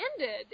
ended